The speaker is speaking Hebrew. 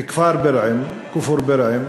וכפר בירעם, כופור בירעם,